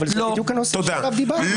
אבל זה בדיוק הנושא שעליו דיברת,